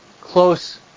close